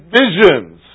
visions